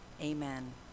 Amen